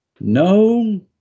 No